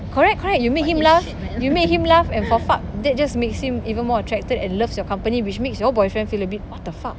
correct correct you make him laugh you make him laugh and for fuck that just makes him even more attracted and loves your company which makes your boyfriend feel a bit what the fuck